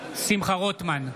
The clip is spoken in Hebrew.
בעד שמחה רוטמן,